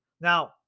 Now